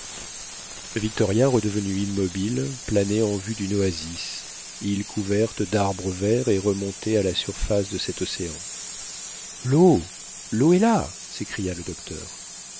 le victoria redevenu immobile planait en vue d'une oasis île couverte d'arbres verts et remontée à la surface de cet océan l'eau l'eau est là s'écria le docteur